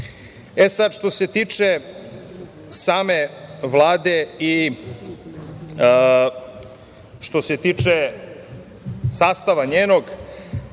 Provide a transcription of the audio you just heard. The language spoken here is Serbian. sad, što se tiče same Vlade i što se tiče sastava njenog,